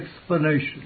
explanation